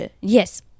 yes